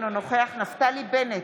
אינו נוכח נפתלי בנט,